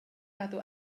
cadw